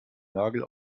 nagel